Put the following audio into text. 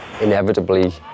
Inevitably